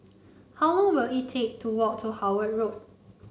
how long will it take to walk to Howard Road